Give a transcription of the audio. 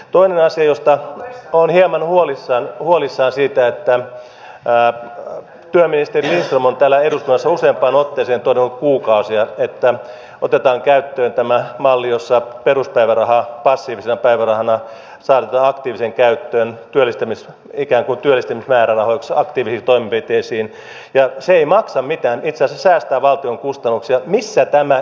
toinen asia josta olen hieman huolissani on se että kun työministeri lindström on täällä eduskunnassa useampaan otteeseen todennut kuukausien ajan että otetaan käyttöön tämä malli jossa peruspäiväraha passiivisena päivärahana saatetaan aktiiviseen käyttöön ikään kuin työllistämismäärärahoiksi aktiivisiin toimenpiteisiin ja se ei maksa mitään itse asiassa säästää valtion kustannuksia niin missä tämä viipyy